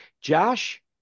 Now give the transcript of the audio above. Josh